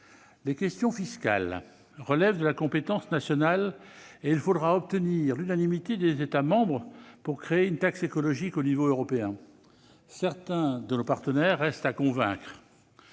Les questions fiscales relèvent de la compétence nationale, et il faudra obtenir l'unanimité des États membres pour créer une taxe écologique à l'échelon européen. Certains de nos partenaires restent à convaincre.